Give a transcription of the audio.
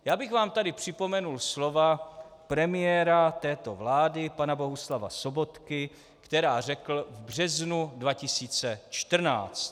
Já bych vám tady připomenul slova premiéra této vlády pana Bohuslava Sobotky, která řekl v březnu 2014.